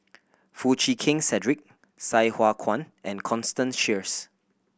Foo Chee Keng Cedric Sai Hua Kuan and Constance Sheares